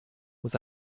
was